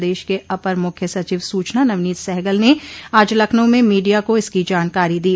प्रदेश के अपर मुख्य सचिव सूचना नवनीत सहगल ने आज लखनऊ में मीडिया को इसकी जानकारी दी